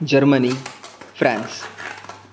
Germany France